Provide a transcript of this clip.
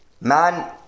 Man